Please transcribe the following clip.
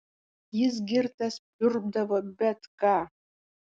jis girtas pliurpdavo bet ką